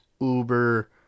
Uber